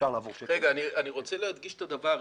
אני רוצה להדגיש את הדבר הזה.